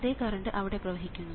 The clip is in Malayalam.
അതേ കറണ്ട് അവിടെ പ്രവഹിക്കുന്നു